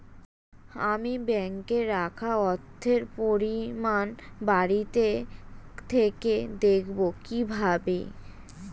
আমি ব্যাঙ্কে রাখা অর্থের পরিমাণ বাড়িতে থেকে দেখব কীভাবে?